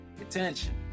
Attention